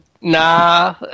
Nah